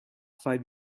five